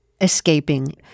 escaping